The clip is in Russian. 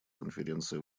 конференции